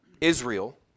Israel